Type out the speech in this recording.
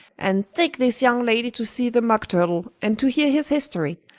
and take this young lady to see the mock turtle, and to hear his history.